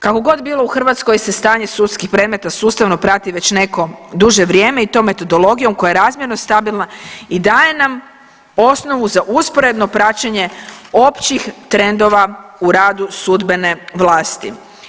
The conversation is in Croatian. Kakogod bilo u Hrvatskoj se stanje sudskih predmeta sustavno prati već neko duže vrijeme i to metodologijom koja je razmjerno stabilna i daje na osnovu za usporedno praćenje općih trendova u radu sudbene vlasti.